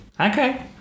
Okay